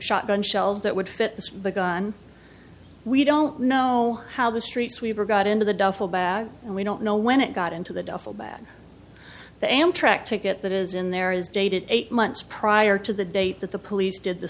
shotgun shells that would fit this the gun we don't know how the street sweeper got into the duffel bag and we don't know when it got into the duffel bag the amtrak ticket that is in there is dated eight months prior to the date that the police did the